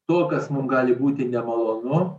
to kas mum gali būti nemalonu